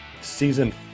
season